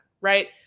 right